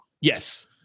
yes